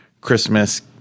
Christmas